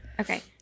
Okay